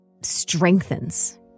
strengthens